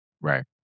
Right